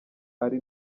ari